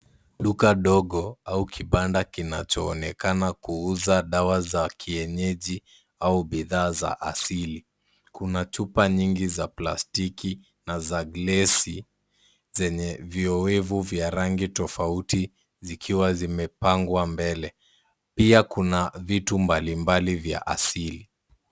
Duka dogo au kibanda kinachoonekana kuuza dawa za kienyeji au bidhaa za asili. Kuna chupa nyingi za plastiki na za glesi zenye viowevu vya rangi tofauti zikiwa zimepangwa mbele. Pia kuna vitu mbalimbali vya asili.